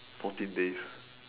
fourteen days